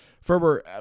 Ferber